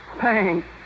Thanks